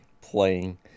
playing